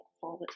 forward